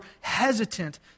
hesitant